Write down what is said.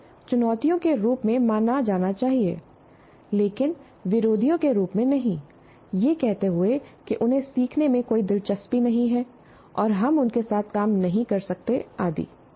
उन्हें चुनौतियों के रूप में माना जाना चाहिए लेकिन विरोधियों के रूप में नहीं यह कहते हुए कि उन्हें सीखने में कोई दिलचस्पी नहीं है और हम उनके साथ काम नहीं कर सकते आदि